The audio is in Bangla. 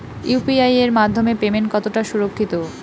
ইউ.পি.আই এর মাধ্যমে পেমেন্ট কতটা সুরক্ষিত?